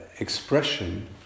expression